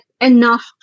enough